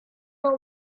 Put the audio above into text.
are